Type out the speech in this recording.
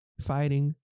fighting